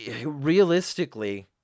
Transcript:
realistically